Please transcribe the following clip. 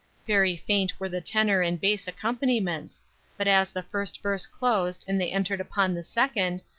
very faint were the tenor and bass accompaniments but as the first verse closed and they entered upon the second,